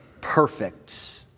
Perfect